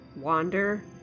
wander